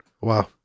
Wow